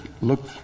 look